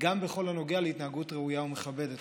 גם בכל הנוגע להתנהגות ראויה ומכבדת,